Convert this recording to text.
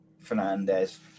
Fernandez